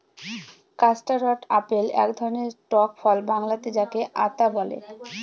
custard apple এক ধরনের টক ফল বাংলাতে যাকে আঁতা বলে